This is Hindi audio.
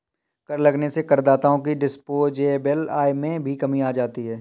कर लगने से करदाताओं की डिस्पोजेबल आय में भी कमी आ जाती है